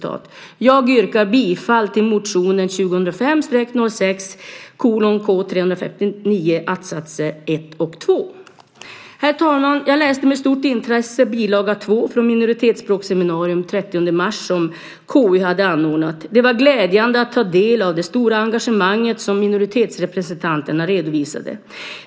Jag yrkar bifall till motion 2005/06:K359 att-satserna 1 och 2. Herr talman! Jag läste med stort intresse bilaga 2 från minoritetsspråksseminariet den 30 mars, som KU hade anordnat. Det var glädjande att ta del av det stora engagemanget som minoritetsrepresentanterna redovisade.